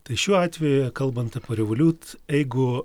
tai šiuo atveju kalbant apie revoliut jeigu